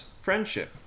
friendship